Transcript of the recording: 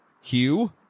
Hugh